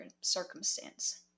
circumstance